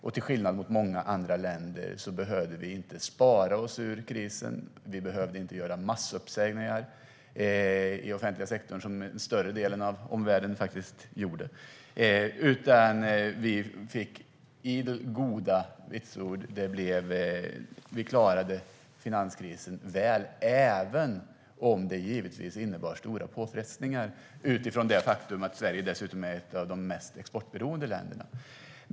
Och till skillnad från många andra länder behövde vi inte spara oss ur krisen. Vi behövde inte göra massuppsägningar i den offentliga sektorn, vilket större delen av omvärlden faktiskt gjorde. Vi fick idel goda vitsord. Vi klarade finanskrisen väl, även om den givetvis innebar stora påfrestningar, även på grund av att Sverige är ett av de mest exportberoende länderna.